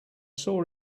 saw